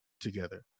together